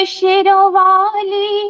Shirovali